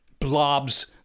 Blobs